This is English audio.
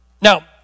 Now